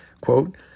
quote